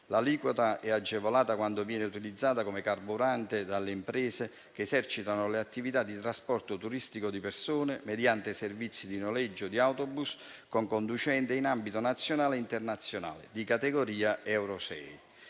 L'aliquota è agevolata quando il carburante viene utilizzato dalle imprese che esercitano attività di trasporto turistico di persone mediante servizi di noleggio di autobus con conducente in ambito nazionale e internazionale di categoria Euro 6.